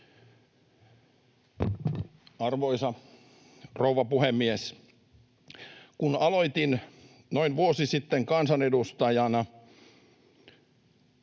Arvoisa rouva puhemies! Kun aloitin noin vuosi sitten kansanedustajana,